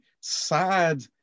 sad